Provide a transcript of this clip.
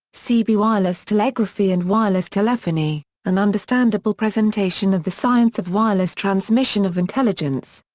c. b. wireless telegraphy and wireless telephony an understandable presentation of the science of wireless transmission of intelligence.